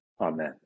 Amen